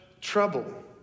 trouble